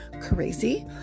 Crazy